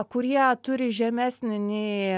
kurie turi žemesnį nei